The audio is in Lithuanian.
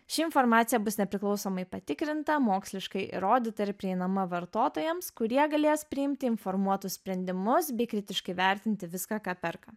ši informacija bus nepriklausomai patikrinta moksliškai įrodyta ir prieinama vartotojams kurie galės priimti informuotus sprendimus bei kritiškai vertinti viską ką perka